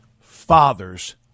Fathers